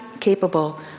capable